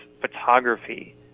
photography